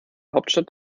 hauptstadt